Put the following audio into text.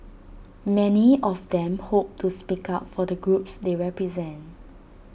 many of them hope to speak up for the groups they represent